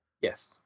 Yes